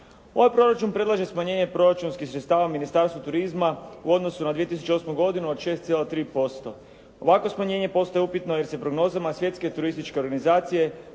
Ovaj proračun predlaže smanjenje proračunskih sredstava Ministarstvu turizma u odnosu na 2008. godinu od 6,3%. Ovakvo smanjenje postaje upitno jer se prognozama Svjetske turističke organizacije